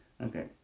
Okay